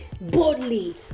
boldly